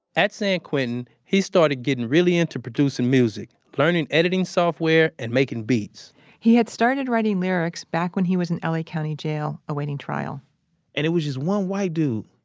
at san quentin, he started getting really into producing music learning editing software and making beats he had started writing lyrics back when he was in l a. county jail awaiting trial and it was just one white dude.